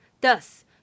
Thus